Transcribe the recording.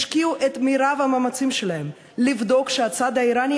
ישקיעו את מרב המאמצים שלהם לבדוק שהצד האיראני